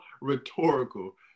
rhetorical